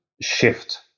shift